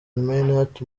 minaert